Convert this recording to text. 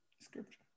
Scripture